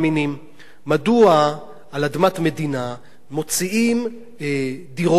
על אדמת מדינה מוציאים דירות זולות,